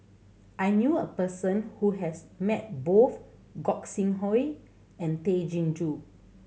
I knew a person who has met both Gog Sing Hooi and Tay Chin Joo